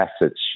message